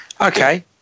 Okay